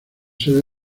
sede